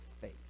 faith